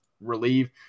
relieve